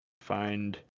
find